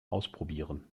ausprobieren